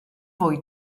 fwy